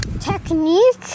Technique